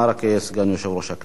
סגן יושב-ראש הכנסת,